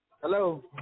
Hello